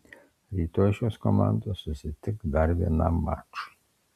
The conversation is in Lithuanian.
rytoj šios komandos susitiks dar vienam mačui